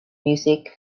music